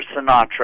Sinatra